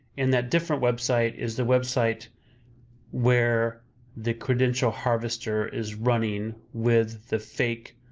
and that different website is the website where the credential harvester is running with the fake